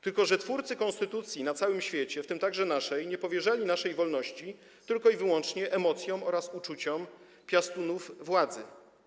Tylko że twórcy konstytucji na całym świecie, w tym także naszej, nie powierzali naszej wolności tylko i wyłącznie emocjom oraz uczuciom piastunów władzy.